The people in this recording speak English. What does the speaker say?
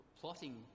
plotting